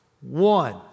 one